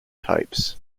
types